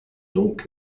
donc